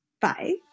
Bye